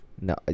No